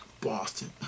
Boston